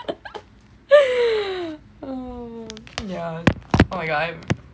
oh yeah I oh my god